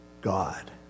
God